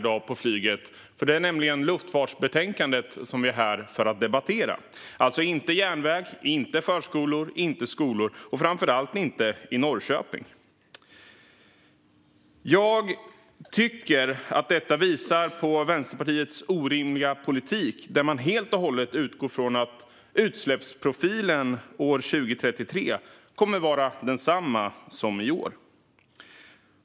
Det är nämligen luftfartsbetänkandet som vi är här för att debattera - alltså inte järnväg, inte förskolor och inte skolor, framför allt inte i Norrköping. Jag tycker att detta visar på Vänsterpartiets orimliga politik som helt och hållet utgår från att utsläppsprofilen år 2033 kommer att vara densamma som i år.